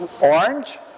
Orange